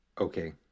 Okay